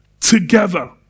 together